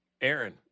Aaron